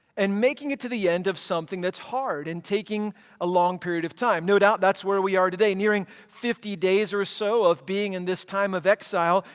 and making it to the end of something that's hard, and taking a long period of time. no doubt that's where we are today. nearing fifty days or so of being in this time of exile.